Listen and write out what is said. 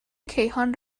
کیهان